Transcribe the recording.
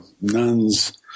nuns